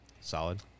Solid